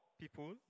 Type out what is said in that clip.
people